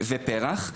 ופר"ח.